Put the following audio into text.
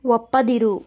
ಒಪ್ಪದಿರು